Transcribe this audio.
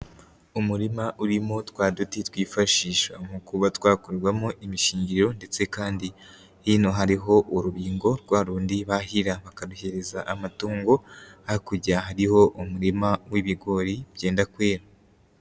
Umurima urimo twa duti twifashisha mu kuba twakorwamo imishingiriro ndetse kandi hino hariho urubingo rwa rundi bahira bakabihereza amatongo, hakurya hariho umurima w'ibigori byenda kwera.